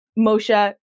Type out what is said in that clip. Moshe